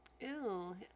Ew